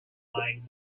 mind